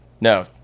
No